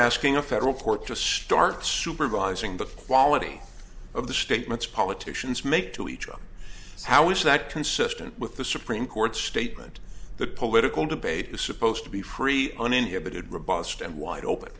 asking a federal court to start supervising the quality of the statements politicians make to each other how is that consistent with the supreme court's statement the political debate was supposed to be free uninhibited robust and wide open